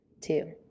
Two